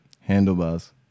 Handlebars